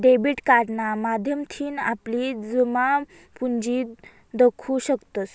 debit कार्डना माध्यमथीन आपली जमापुंजी दखु शकतंस